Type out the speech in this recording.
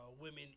women